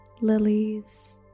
lilies